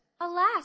Alas